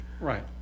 Right